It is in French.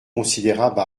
considérables